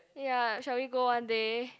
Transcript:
ya shall we go one day